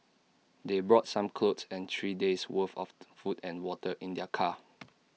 they brought some clothes and three days' worth of food and water in their car